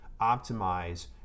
optimize